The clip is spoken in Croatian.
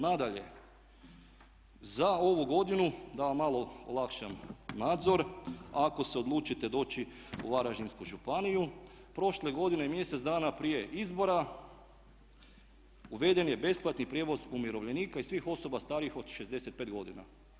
Nadalje, za ovu godinu, da vam malo olakšam nadzor, ako se odlučite doći u Varaždinsku županiju, prošle godine mjesec danas prije izbora uveden je besplatni prijevoz umirovljenika i svih osoba starijih od 65 godina.